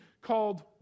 called